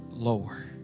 lower